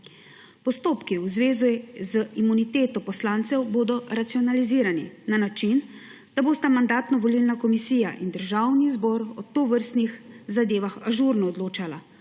Postopki v zvezi z imuniteto poslancev bodo racionalizirani na način, da bosta Mandatno-volilna komisija in Državni zbor o tovrstnih zadevah ažurno odločala,